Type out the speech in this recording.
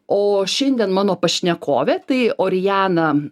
o šiandien mano pašnekovė tai orijana